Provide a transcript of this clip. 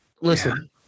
listen